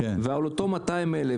ועלותו 200,000,